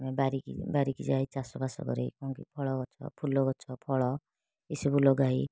ବାରିକି ବାରିକି ଯାଇ ଚାଷବାସ କରି କ'ଣ କି ଫଳଗଛ ଫୁଲଗଛ ଫଳ ଏସବୁ ଲଗାଇ